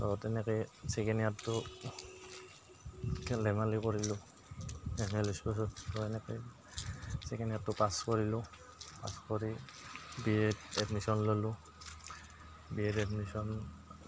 ত' তেনেকৈ ছেকেণ্ড ইয়াৰটো খেল ধেমালি কৰিলোঁ এনেকৈ ছেকেণ্ড ইয়াৰটো পাছ কৰিলোঁ পাছ কৰি বি এ ত এডমিশ্যন ল'লোঁ বি এ ত এডমিশ্যন